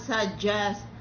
suggest